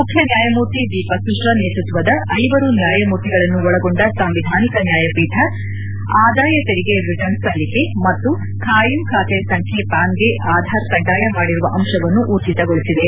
ಮುಖ್ಯ ನ್ಯಾಯಮೂರ್ತಿ ದೀಪಕ್ ಮಿಶ್ರಾ ನೇತೃತ್ವದ ಐವರು ನ್ಯಾಯಮೂರ್ತಿಗಳನ್ನು ಒಳಗೊಂಡ ಸಾಂವಿಧಾನಿಕ ನ್ಯಾಯಪೀಠ ಪೀಠ ಆದಾಯ ತೆರಿಗೆ ರಿಟರ್ನ್ಸ್ ಸಲ್ಲಿಕೆ ಮತ್ತು ಕಾಯಂ ಖಾತೆ ಸಂಖ್ಯೆ ಪಾನ್ಗೆ ಆಧಾರ್ ಕಡ್ಡಾಯ ಮಾಡಿರುವ ಅಂಶವನ್ನು ಊರ್ಜಿತಗೊಳಿಸಿದೆ